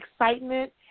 excitement